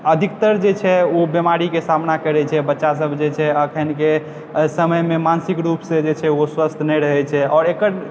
अधिकतर जे छै ओ बीमारी के सामना करय छै बच्चा सब जे छै अखन के समय मे मानसिक रूप से जे छै ओ स्वस्थ नहि रहै छै आओर एकर